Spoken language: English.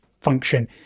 function